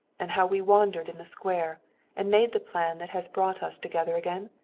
and how we wandered in the square and made the plan that has brought us together again?